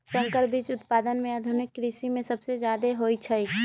संकर बीज उत्पादन आधुनिक कृषि में सबसे जादे होई छई